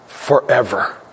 forever